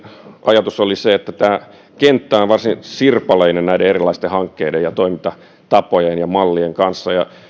ajatuksensa oli se että kun tämä kenttä on varsin sirpaleinen näiden erilaisten hankkeiden ja toimintatapojen ja mallien kanssa niin